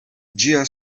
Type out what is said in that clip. ĝia